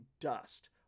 dust